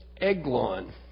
Eglon